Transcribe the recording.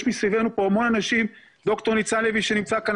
יש מסביבנו פה המון אנשים ד"ר ניצן לוי שנמצא כאן,